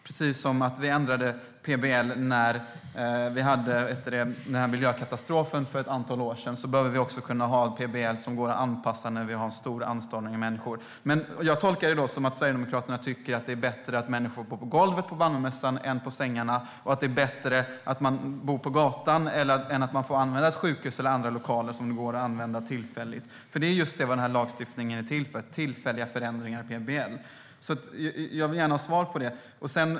Precis som vi ändrade PBL när en miljökatastrof inträffade för ett antal år sedan behöver vi en PBL som går att anpassa vid en stor anstormning av människor. Jag tolkar det som att Sverigedemokraterna tycker att det är bättre att människor bor på golvet på Malmömässan än på sängarna och att det är bättre att man bor på gatan än att man får använda ett sjukhus eller andra lokaler som går att använda tillfälligt. Detta är nämligen just vad denna lagstiftning är till för: tillfälliga förändringar i PBL. Jag vill gärna ha svar på detta.